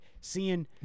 seeing